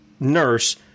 Nurse